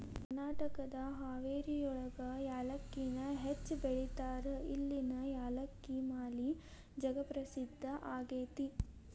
ಕರ್ನಾಟಕದ ಹಾವೇರಿಯೊಳಗ ಯಾಲಕ್ಕಿನ ಹೆಚ್ಚ್ ಬೆಳೇತಾರ, ಇಲ್ಲಿನ ಯಾಲಕ್ಕಿ ಮಾಲಿ ಜಗತ್ಪ್ರಸಿದ್ಧ ಆಗೇತಿ